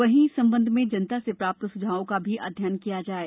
वहीं इस संबंध में जनता से प्राप्त सुझावों का भी अध्ययन किया जाये